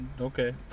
okay